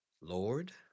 Lord